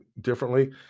differently